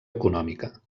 econòmica